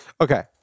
Okay